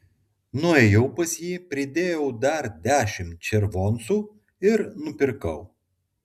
nuėjau pas jį pridėjau dar dešimt červoncų ir nupirkau